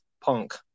punk